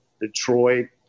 Detroit